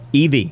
EV